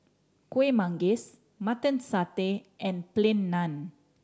Kuih Manggis Mutton Satay and Plain Naan